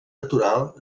natural